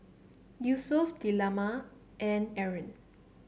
Yusuf Delima and Aaron